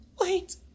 Wait